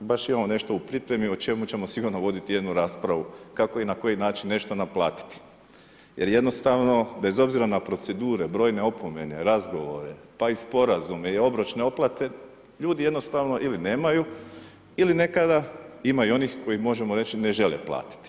Baš imamo nešto u pripremi o čemu ćemo sigurno voditi jednu raspravu kako i na koji način nešto naplatiti jer jednostavno, bez obzira na procedure, brojne opomene, razgovore, pa i sporazume i obročne otplate, ljudi jednostavno ili nemaju ili nekada ima i onih koji možemo reći, ne žele platiti.